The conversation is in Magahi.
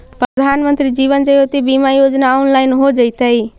प्रधानमंत्री जीवन ज्योति बीमा योजना ऑनलाइन हो जइतइ